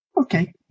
okay